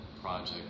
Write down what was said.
project